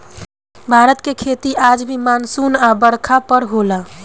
भारत के खेती आज भी मानसून आ बरखा पर होला